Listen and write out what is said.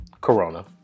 Corona